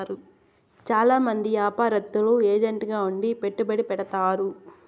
చాలా మంది యాపారత్తులు ఏజెంట్ గా ఉండి పెట్టుబడి పెడతారు